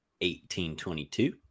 1822